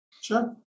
Sure